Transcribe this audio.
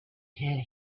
tell